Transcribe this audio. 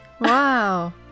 Wow